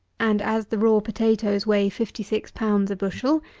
and, as the raw potatoes weigh fifty six lb. a bushel,